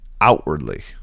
outwardly